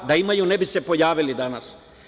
Da imaju ne bi se pojavili danas.